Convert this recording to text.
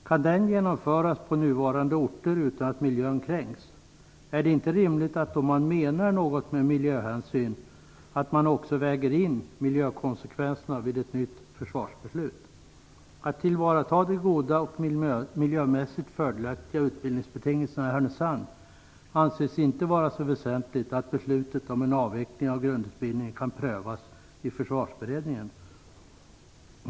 Kan den genomföras på nuvarande orter utan att miljön kränks? Är det inte rimligt, om man menar något med miljöhänsyn, att man också väger in miljökonsekvenserna vid ett nytt försvarsbeslut? Att tillvarata de goda och miljömässigt fördelaktiga utbildningsbetingelserna i Härnösand anses inte vara så väsentligt att beslutet om en avveckling av grundutbildningen kan prövas i Försvarsberedningen.